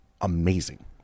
amazing